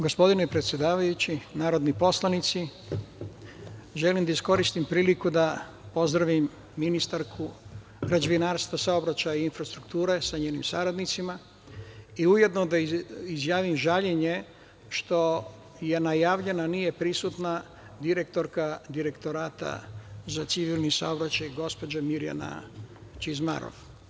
Gospodine predsedavajući, narodni poslanici, želim da iskoristim priliku da pozdravim ministarku građevinarstva, saobraćaja i infrastrukture sa njenim saradnicima i ujedno da izjavim žaljenje što je najavljena, a nije prisutna direktorka Direktorata za civilni saobraćaj gospođa Mirjana Čizmarov.